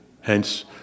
hence